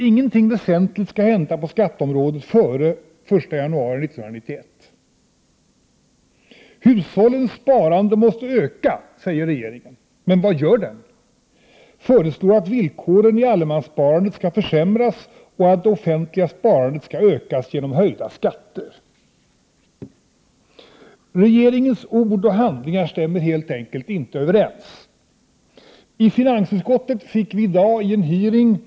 Ingenting väsentligt skall hända på skatteområdet före den 1 januari 1991. Hushållens sparande måste öka, säger regeringen. Men vad gör regeringen? Regeringen föreslår att villkoren i allemanssparandet skall försämras och att det offentliga sparandet skall ökas genom höjda skatter. Regeringens ord och handlingar stämmer helt enkelt inte överens. I finansutskottet i dag fick vi i en utfrågning med statssekreterare Lund och = Prot.